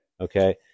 Okay